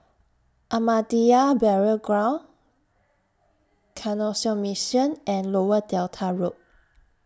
Ahmadiyya Burial Ground Canossian Mission and Lower Delta Road